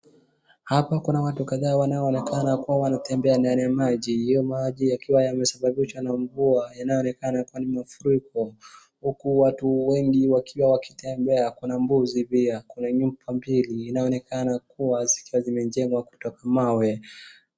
Hapa kuna watu kadhaa wanaoonekana kuwa wanatembea ndani ya maji. Hiyo maji yakiwa yamesababishwa na mvua yanaonekana kuwa ni mafuriko huku watu wengi wakiwa wakitembea, kuna mbuzi pia. Kuna nyumba mbili inaonekana kuwa zikiwa zimejengwa kutoka mawe.